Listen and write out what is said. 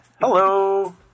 Hello